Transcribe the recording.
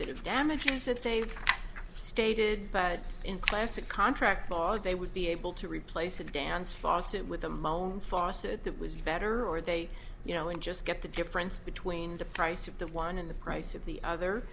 bit of damages that they've stated in class a contract law they would be able to replace a dance faucet with a moan faucet that was better or they you know and just get the difference between the price of the one in the price of the other